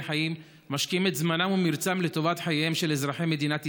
חיים המשקיעים את זמנם ומרצם לטובת חייהם של אזרחי מדינת ישראל.